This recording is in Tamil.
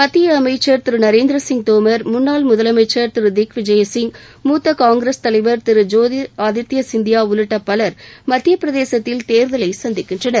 மத்திய அமைச்சர் திரு நரேந்திர சிங் தோமர் முன்னாள் முதலமைச்சர திரு திக் விஜய் சிங் மூத்த காங்கிரஸ் தலைவர் திரு ஜோதிர் ஆதித்ய சிந்தியா உள்ளிட்ட பலர் மத்தியப்பிரதேசத்தில் தேர்தலை சந்திக்கின்றனர்